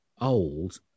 old